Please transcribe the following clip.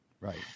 Right